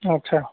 আচ্ছা